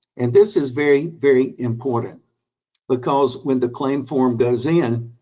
and this is very, very important because when the claim form goes in,